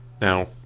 Now